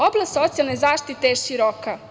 Oblast socijalne zaštite je široka.